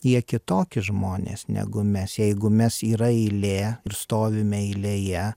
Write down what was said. jie kitokie žmonės negu mes jeigu mes yra eilė ir stovim eilėje